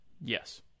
Yes